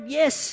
yes